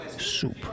soup